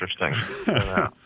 interesting